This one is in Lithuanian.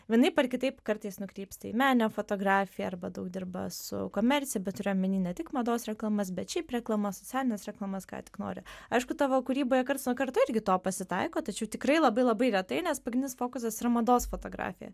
vienaip ar kitaip kartais nukrypsta į meninę fotografiją arba daug dirba su komercija bet turiu omeny ne tik mados reklamas bet šiaip reklamas socialines reklamas ką tik nori aišku tavo kūryboje karts nuo karto irgi to pasitaiko tačiau tikrai labai labai retai nes pagrindinis fokusas yra mados fotografija